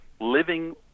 living